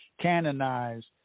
canonized